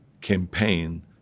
campaign